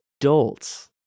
adults